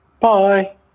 Bye